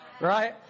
Right